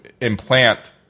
implant